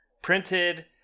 printed